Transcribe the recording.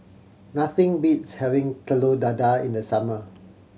nothing beats having Telur Dadah in the summer